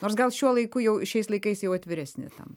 nors gal šiuo laiku jau šiais laikais jau atviresni tam